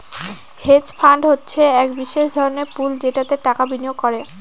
hedge fund হচ্ছে এক বিশেষ ধরনের পুল যেটাতে টাকা বিনিয়োগ করে